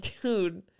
dude